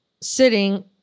sitting